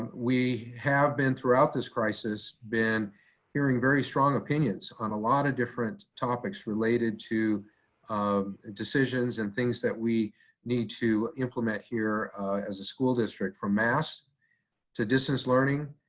we have been throughout this crisis, been hearing very strong opinions on a lot of different topics related to decisions and things that we need to implement here as a school district from masks to distance learning,